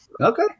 Okay